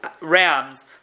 rams